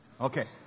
Okay